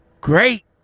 Great